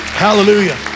Hallelujah